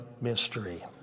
mystery